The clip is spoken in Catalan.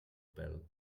pèl